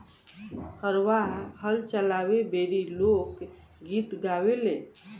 हरवाह हल चलावे बेरी लोक गीत गावेले